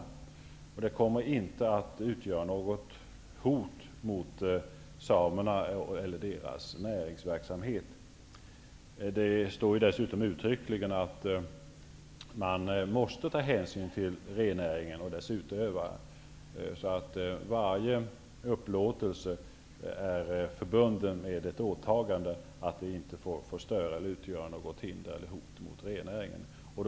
Föreslagen åtgärd kommer inte att utgöra något hot mot samerna eller deras näringsverksamhet. Dessutom sägs det uttryckligen att man måste ta hänsyn till rennäringen och dess utövare. Varje upplåtelse är således förbunden med ett åtagande, dvs. att upplåtelsen inte får utgöra något hinder för eller hot mot renägarna.